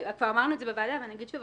כבר אמרנו בוועדה ואני אומר שוב.